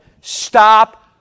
Stop